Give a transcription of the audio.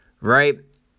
right